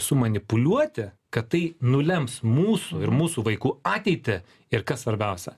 sumanipuliuoti kad tai nulems mūsų ir mūsų vaikų ateitį ir kas svarbiausia